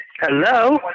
Hello